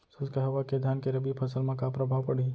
शुष्क हवा के धान के रबि फसल मा का प्रभाव पड़ही?